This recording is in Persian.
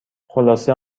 خلاصه